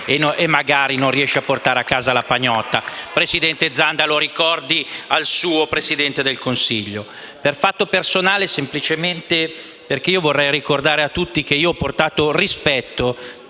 e magari non riesci a portare a casa la pagnotta. Presidente Zanda, lo ricordi al suo Presidente del Consiglio. Intervengo per fatto personale semplicemente perché vorrei ricordare a tutti che ho portato rispetto